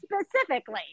specifically